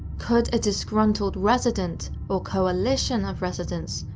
could a disgruntled resident, or collation of residents,